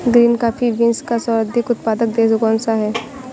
Green coffee beans का सर्वाधिक उत्पादक देश कौन सा है?